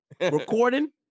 recording